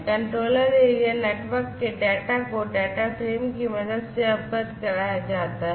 controller area network के data को data frame की मदद से अवगत कराया जाता है